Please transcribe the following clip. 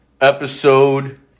Episode